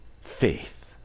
faith